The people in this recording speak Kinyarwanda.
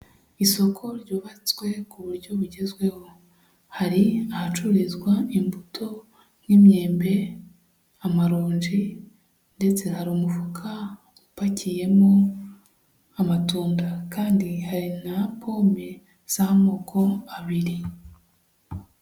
Isoko ryubatswe ku buryo bugezweho, hari ahacururizwa imbuto nk'imyembe, amaronji ndetse hari umufuka upakiyemo amatunda kandi hari na pome z'amoko abiri.